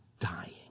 dying